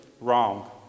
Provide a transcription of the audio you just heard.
Wrong